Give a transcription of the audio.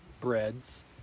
breads